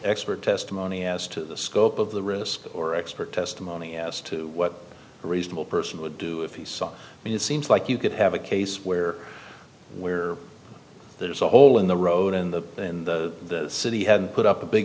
expert testimony as to the scope of the risk or expert testimony as to what a reasonable person would do if he saw me it seems like you could have a case where where there's a hole in the road in the in the city had put up a big